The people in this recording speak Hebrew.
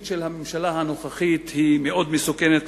של הממשלה הנוכחית היא מאוד מסוכנת,